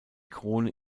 krone